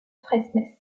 fresnes